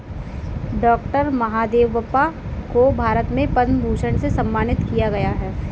doctor Mahadevappa को भारत में पद्म भूषण से सम्मानित किया गया है